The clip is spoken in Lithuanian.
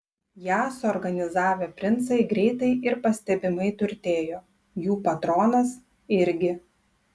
ją suorganizavę princai greitai ir pastebimai turtėjo jų patronas irgi